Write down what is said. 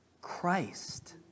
Christ